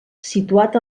situat